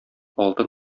алтын